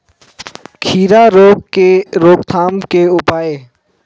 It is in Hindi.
खीरा रोग के रोकथाम के उपाय?